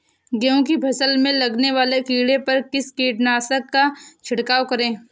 गेहूँ की फसल में लगने वाले कीड़े पर किस कीटनाशक का छिड़काव करें?